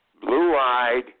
blue-eyed